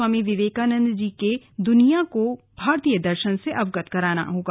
स्वामी विवेकानंद जी ने दुनिया को भारतीय दर्शन से अवगत कराया